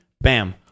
bam